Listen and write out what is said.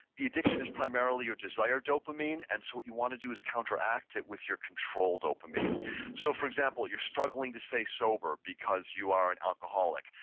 the addiction is primarily your desire dopamine, and so what you want to do is counteract it with your control dopamine so, for example, you're struggling to say sober because you are an alcoholic,